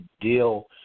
deal